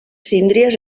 síndries